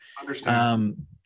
Understand